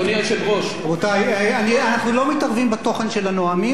אנחנו לא מתערבים בתוכן של הנואמים ולא מתקנים להם גם את העברית.